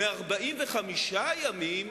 מ-45 ימים